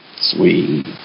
Sweet